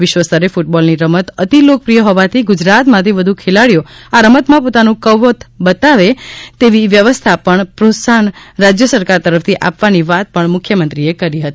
વિશ્વસ્તરે ક્રટબોલની રમત અતિલોકપ્રિય હોવાથી ગુજરાતમાંથી વધુ ખેલાડીઓ આ રમતમાં પોતાનું કૌવત બતાવે તેવી વ્યવસ્થા તથા પ્રોત્સાહન રાજય સરકાર તરફથી આપવાની વાત પણ મુખ્યમંત્રીએ કરી હતી